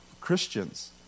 Christians